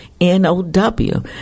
N-O-W